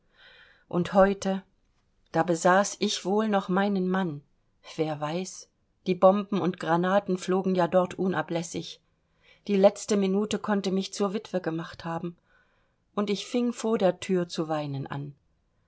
und heute da besaß ich wohl noch meinen mann wer weiß die bomben und granaten flogen ja dort unablässig die letzte minute konnte mich zur witwe gemacht haben und ich fing vor der thür zu weinen an